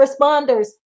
responders